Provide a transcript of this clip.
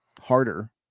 harder